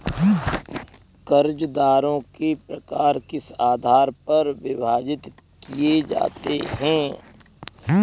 कर्जदारों के प्रकार किस आधार पर विभाजित किए जाते हैं?